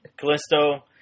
Callisto